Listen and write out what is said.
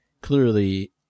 clearly